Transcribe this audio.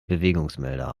bewegungsmelder